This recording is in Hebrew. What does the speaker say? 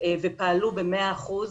ופעלו ב-100 אחוזים.